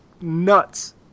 nuts